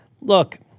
look